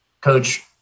coach